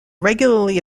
regularly